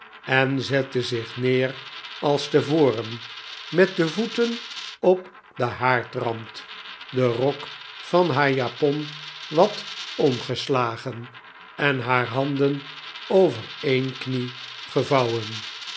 en zette zich neer als tevoren met de voeten op den haardrand den rok van haar japon wat omgeslagen en haar handen over een knie gevouwen